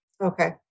Okay